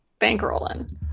bankrolling